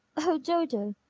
oh, dodo!